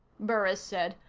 burris said.